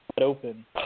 open